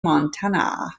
montana